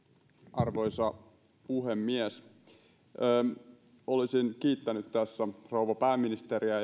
arvoisa puhemies olisin kiittänyt tässä rouva pääministeriä ja